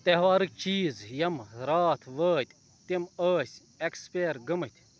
تہوارٕکۍ چیٖز یِم راتھ وٲتۍ تِم ٲسۍ ایٚکسپیَر گٔمِتۍ